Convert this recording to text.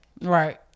Right